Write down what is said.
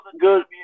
good